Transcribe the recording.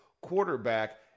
quarterback